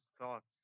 thoughts